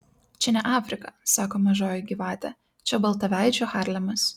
čia ne afrika sako mažoji gyvatė čia baltaveidžių harlemas